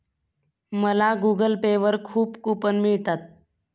मला Google Pay वर खूप कूपन मिळतात